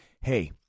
Hey